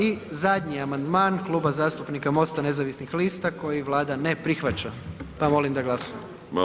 I zadnji amandman Kluba zastupnika MOST-a nezavisnih lista koji Vlada ne prihvaća pa molim da glasujemo.